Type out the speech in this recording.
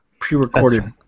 pre-recorded